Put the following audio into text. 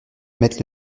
mettent